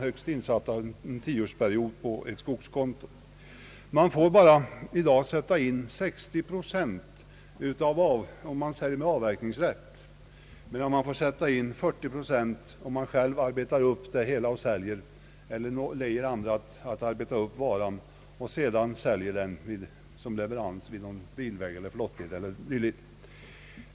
Uppskovet får för närvarande avse högst ett belopp motsvarande summan av 60 procent av köpeskilling för upplåtelse av avverkningsrätt och 40 procent om man själv eller med lejd arbetskraft förädlar varan och levererar den vid någon bilväg, flottled eller dylikt.